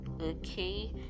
Okay